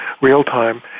real-time